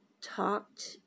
talked